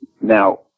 now